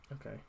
Okay